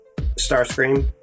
Starscream